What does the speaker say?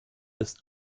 ist